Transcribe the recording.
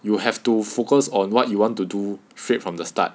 you have to focus on what you want to do fade from the start